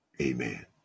Amen